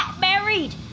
married